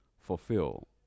fulfill